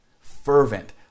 Fervent